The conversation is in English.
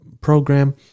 program